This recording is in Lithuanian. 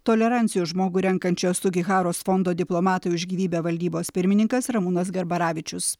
tolerancijos žmogų renkančio sugiharos fondo diplomatui už gyvybę valdybos pirmininkas ramūnas garbaravičius